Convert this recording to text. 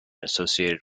associated